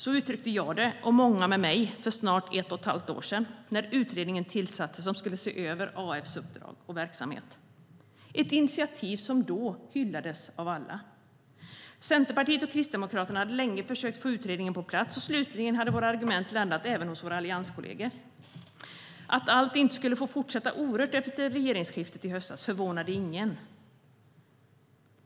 Så uttryckte jag det, och många med mig, för snart ett och ett halvt år sedan när utredningen som skulle se över AF:s uppdrag och verksamhet tillsattes. Det var ett initiativ som då hyllades av alla. Centerpartiet och Kristdemokraterna hade länge försökt få utredningen på plats, och slutligen hade våra argument landat även hos våra allianskollegor. Att allt inte skulle få fortsätta orört efter regeringsskiftet i höstas förvånade ingen.